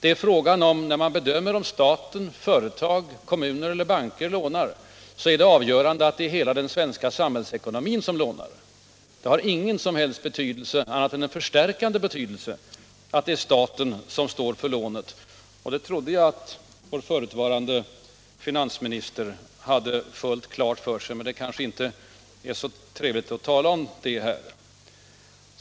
När man bedömer läget i de fall då staten, företag, kommuner eller banker lånar, är det avgörande, att det är hela den svenska samhällsekonomin som lånar. Det faktum att det är staten som står för lånet har ingen annan än en förstärkande betydelse, och det trodde jag att vår förutvarande finansminister hade fullt klart för sig. Men det kanske inte är så trevligt att tala om det.